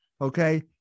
okay